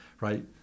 right